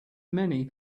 many